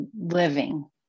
living